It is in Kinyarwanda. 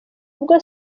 ubwo